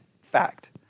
fact